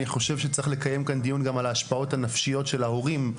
אני חושב שצריך לקיים כאן דיון גם על ההשפעות הנפשיות של ההורים,